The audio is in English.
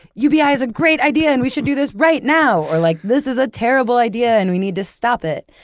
ubi is a great idea and we should do this right now! or like, this is a terrible idea and we need to stop it!